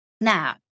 Now